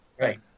right